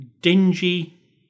dingy